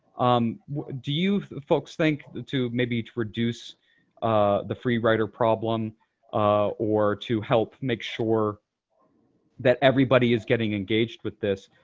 um do you folks think to maybe to reduce ah the free rider problem or to help make sure that everybody is getting engaged with this,